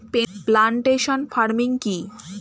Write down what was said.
Plantation farming কি?